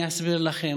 אני אסביר לכם,